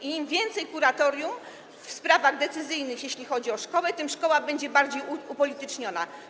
I im więcej kuratorium w sprawach decyzyjnych, jeśli chodzi o szkołę, tym szkoła będzie bardziej upolityczniona.